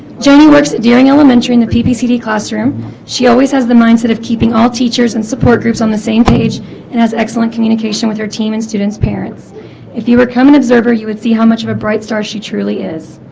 joannie works at dearing elementary in the pp cd classroom she always has the mindset of keeping all teachers and support groups on the same page and has excellent communication with their team and students parents if you were come and observe her you would see how much of a bright star she truly is